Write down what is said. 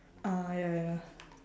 uh ya ya ya